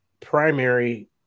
primary